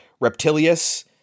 Reptilius